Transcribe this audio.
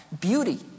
beauty